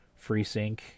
FreeSync